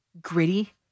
gritty